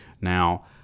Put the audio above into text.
Now